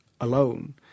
alone